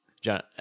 john